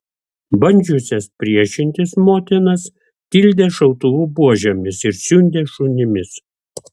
bandžiusias priešintis motinas tildė šautuvų buožėmis ir siundė šunimis